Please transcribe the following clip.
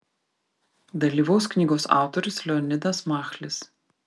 dalyvaus knygos autorius leonidas machlis